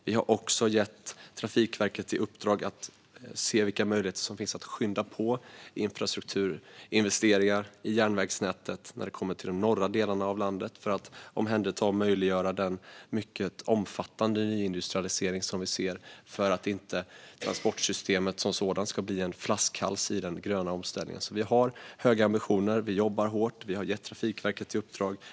Vi har också gett Trafikverket i uppdrag att se vilka möjligheter som finns att skynda på infrastrukturinvesteringar i järnvägsnätet i de norra delarna av landet - detta för att möjliggöra och omhänderta den mycket omfattande nyindustrialisering vi ser och för att transportsystemet som sådant inte ska bli en flaskhals i den gröna omställningen. Vi har alltså höga ambitioner, jobbar hårt och har gett Trafikverket uppdrag.